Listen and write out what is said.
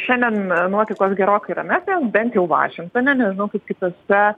šiandien nuotaikos gerokai ramesnės bent jau vašingtone nežinau kaip kitose